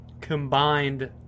combined